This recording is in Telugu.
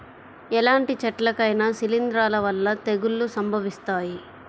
ఎలాంటి చెట్లకైనా శిలీంధ్రాల వల్ల తెగుళ్ళు సంభవిస్తాయి